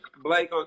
Blake